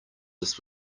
this